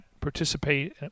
participate